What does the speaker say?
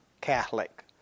Catholic